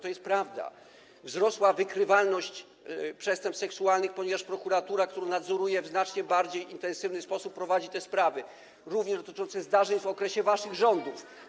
To jest prawda, wzrosła wykrywalność przestępstw seksualnych, ponieważ prokuratura, którą nadzoruję, w znacznie bardziej intensywny sposób prowadzi te sprawy, również dotyczące zdarzeń w okresie waszych rządów.